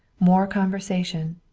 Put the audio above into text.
more conversation,